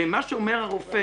ומה שאומר הרופא,